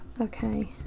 Okay